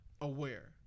aware